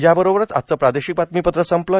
याबरोबरच आजचं प्रार्दोशक बातमीपत्र संपलं